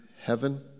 heaven